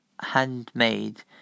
handmade